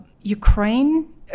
Ukraine